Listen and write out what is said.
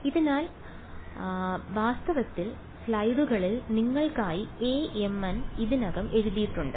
അതിനാൽ വാസ്തവത്തിൽ സ്ലൈഡുകളിൽ നിങ്ങൾക്കായി Amn ഇതിനകം എഴുതിയിട്ടുണ്ട്